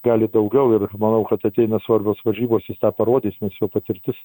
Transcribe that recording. gali daugiau ir manau kad ateina svarbios varžybos jis tą parodys nes jo patirtis